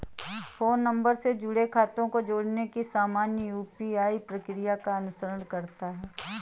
phone number से जुड़े खातों को जोड़ने की सामान्य यू.पी.आई प्रक्रिया का अनुसरण करता है